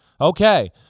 Okay